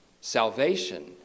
Salvation